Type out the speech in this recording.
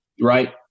right